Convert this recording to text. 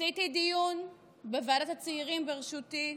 עשיתי דיון בוועדת הצעירים בראשותי,